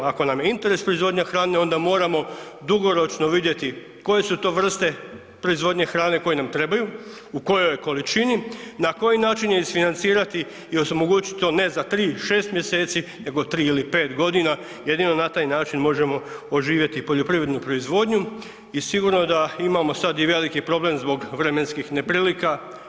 Ako nam je interes proizvodnja hrane, onda moramo dugoročno vidjeti koje su to vrste proizvodnje hrane koje nam trebaju, u kojoj količini, na koji način je isfinancirati i omogućiti to ne za 3, 6 mj., nego 3 ili 5 g., jedino na taj način možemo oživjeti poljoprivrednu proizvodnju i sigurno da imamo sad i veliki problem zbog vremenskih neprilika.